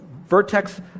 vertex